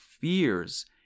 fears